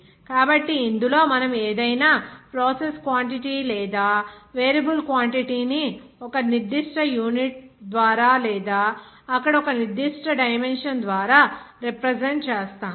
కాబట్టి ఇందులోమనము ఏదైనా ప్రాసెస్ క్వాంటిటీ లేదా వేరియబుల్ క్వాంటిటీ ని ఒక నిర్దిష్ట యూనిట్ ద్వారా లేదా అక్కడ ఒక నిర్దిష్ట డైమెన్షన్ ద్వారా రిప్రజెంట్ చేస్తాము